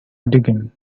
digging